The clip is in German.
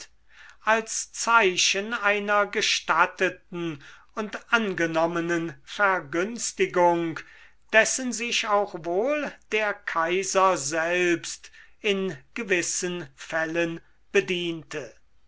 als zeichen einer gestatteten und angenommenen vergünstigung dessen sich auch wohl der kaiser selbst in gewissen fällen bediente